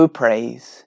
praise